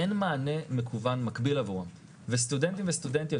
אין מענה מקוון מקביל עבורם וסטודנטים וסטודנטיות